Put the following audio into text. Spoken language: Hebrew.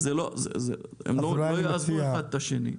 הם לא יאזנו אחד את השני.